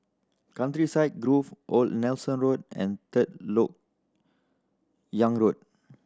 Countryside Grove Old Nelson Road and Third Lok Yang Road